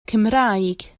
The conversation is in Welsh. cymraeg